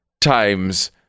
times